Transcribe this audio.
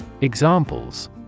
Examples